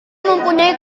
mempunyai